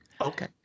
Okay